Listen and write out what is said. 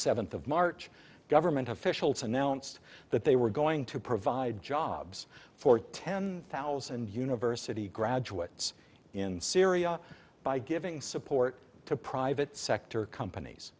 seventh of march government officials announced that they were going to provide jobs for ten thousand university graduates in syria by giving support to private sector companies